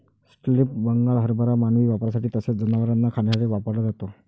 split Bengal हरभरा मानवी वापरासाठी तसेच जनावरांना खाण्यासाठी वापरला जातो